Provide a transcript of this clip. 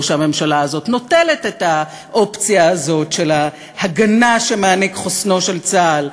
לא שהממשלה הזאת נוטלת את האופציה הזאת של ההגנה שמעניק חוסנו של צה"ל.